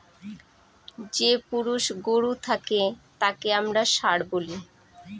যে পুরুষ গরু থাকে তাকে আমরা ষাঁড় বলি